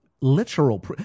literal